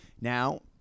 Now